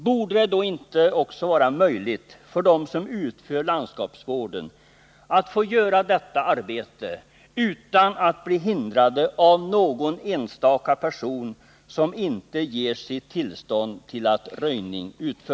Borde det då inte vara möjligt för dem som utför landskapsvården att få göra det utan att bli hindrade av någon enstaka person som inte ger sitt tillstånd?